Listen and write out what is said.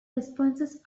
responses